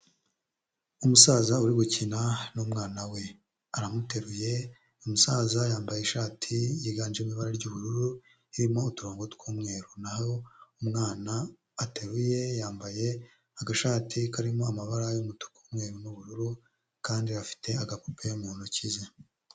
Umusaza uri gukina n'umwana we aramuteruye, umusaza yambaye ishati yiganjemo ibara ry'ubururu irimo uturongo tw'umweru n'aho umwana ateruye yambaye agashati karimo amabara y'umutuku, umweru n'ubururu kandi afite agapupe mu ntoki ze.